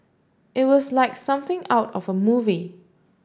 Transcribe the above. it was like something out of a movie